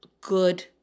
good